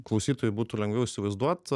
klausytojui būtų lengviau įsivaizduot